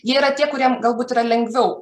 jie yra tie kuriem galbūt yra lengviau